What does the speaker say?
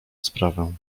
sprawę